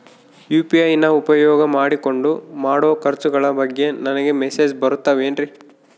UPI ನ ಉಪಯೋಗ ಮಾಡಿಕೊಂಡು ಮಾಡೋ ಖರ್ಚುಗಳ ಬಗ್ಗೆ ನನಗೆ ಮೆಸೇಜ್ ಬರುತ್ತಾವೇನ್ರಿ?